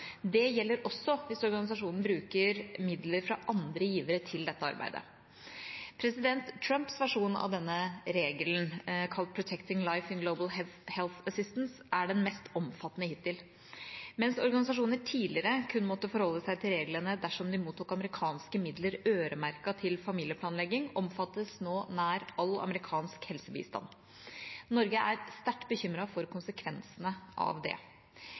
Det gjelder også hvis organisasjonen bruker midler fra andre givere til dette arbeidet. Trumps versjon av denne regelen, kalt «Protecting Life in Global Health Assistance», er den mest omfattende hittil. Mens organisasjoner tidligere kun måtte forholde seg til reglene dersom de mottok amerikanske midler øremerket familieplanlegging, omfattes nå nær all amerikansk helsebistand. Norge er sterkt bekymret for konsekvensene av det.